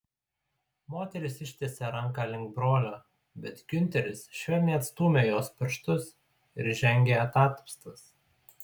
moteris ištiesė ranką link brolio bet giunteris švelniai atstūmė jos pirštus ir žengė atatupstas